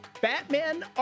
Batman